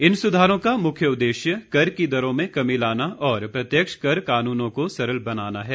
इन सुधारों का मुख्य उद्देश्य कर की दरों में कमी लाना और प्रत्यक्ष कर कानूनों को सरल बनाना है